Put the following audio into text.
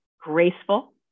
graceful